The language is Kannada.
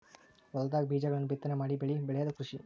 ಹೊಲದಾಗ ಬೇಜಗಳನ್ನ ಬಿತ್ತನೆ ಮಾಡಿ ಬೆಳಿ ಬೆಳಿಯುದ ಕೃಷಿ